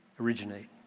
originate